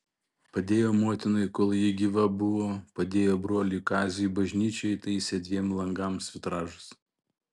padėjo motinai kol ji gyva buvo padėjo broliui kaziui bažnyčioje įtaisė dviem langams vitražus